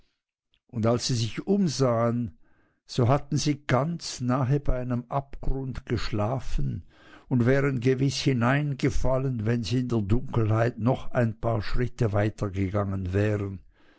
und als sie sich umsahen so hatten sie ganz nahe bei einem abgrunde geschlafen und wären gewiß hineingefallen wenn sie in der dunkelheit noch ein paar schritte weitergegangen wären